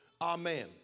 Amen